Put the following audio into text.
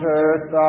earth